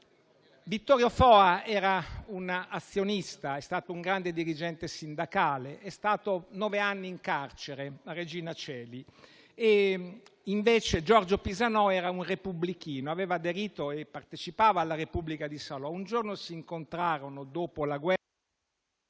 Vittorio Foa era un azionista, è stato un grande dirigente sindacale ed è stato nove anni in carcere a Regina Coeli. Giorgio Pisanò, invece, era un repubblichino che aveva aderito e partecipava alla Repubblica di Salò. Un giorno, dopo la guerra,